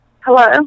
Hello